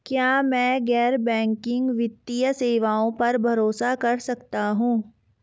क्या मैं गैर बैंकिंग वित्तीय सेवाओं पर भरोसा कर सकता हूं?